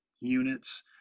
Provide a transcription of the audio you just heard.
units